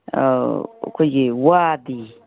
ꯑꯩꯈꯣꯏꯒꯤ ꯋꯥꯗꯤ